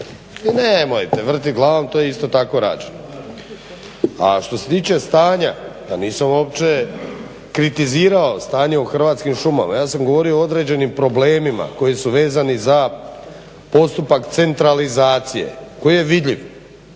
nemojte vrtjeti glavom, to je isto tako rađeno. A što se tiče stanja, nisam uopće kritizirao stanje u Hrvatskim šumama. Ja sam govorio o određenim problemima koji su vezani za postupak centralizacije koji je vidljiv.